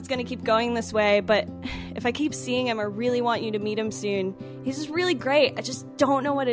it's going to keep going this way but if i keep seeing him or really want you to meet him soon he's really great i just don't know what